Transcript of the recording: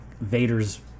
Vader's